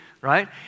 right